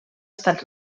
estat